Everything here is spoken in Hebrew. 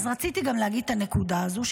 רציתי לדבר גם על הנקודה הזו,